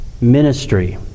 ministry